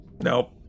Nope